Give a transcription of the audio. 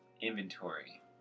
inventory